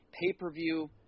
pay-per-view